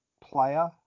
player